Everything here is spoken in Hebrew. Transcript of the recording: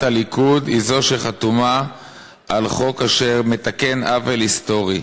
הליכוד היא זו שחתומה על חוק אשר מתקן עוול היסטורי"